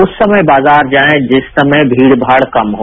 उस समय बाजार जाएं जिस समय भीड़ भाड़ कम हो